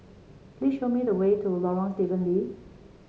please show me the way to Lorong Stephen Lee